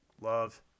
Love